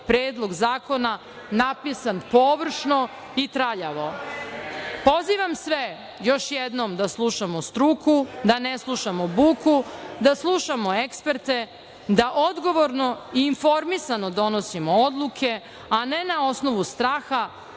predlog zakona napisan površno i traljavo. Pozivam sve još jednom da slušamo struku, da ne slušamo buku, da slušamo eksperte, da odgovorno i informisano donosimo odluke, a ne na osnovu straha